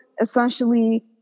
essentially